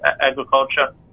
Agriculture